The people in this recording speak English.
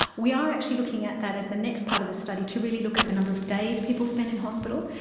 we are actually looking at that as the next part of the study, to really look at the number of days people spend in hospital,